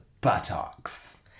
buttocks